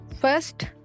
First